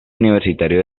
universitario